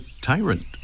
tyrant